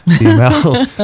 email